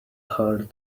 hard